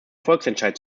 volksentscheid